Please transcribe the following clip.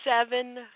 seven